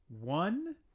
one